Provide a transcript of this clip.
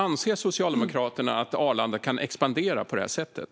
Anser Socialdemokraterna att Arlanda kan expandera på det sättet?